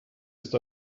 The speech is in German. ist